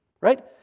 right